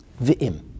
V'im